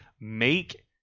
make